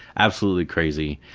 absolutely crazy.